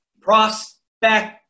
prospect